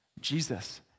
Jesus